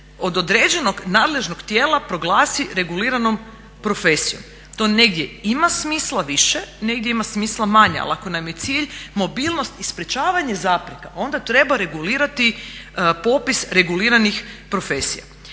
od određenog nadležnog tijela proglasi reguliranom profesijom. To negdje ima smisla više, negdje ima smisla manje, ali ako nam je cilj mobilnost i sprečavanje zapreka onda treba regulirati popis reguliranih profesija.